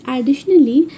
Additionally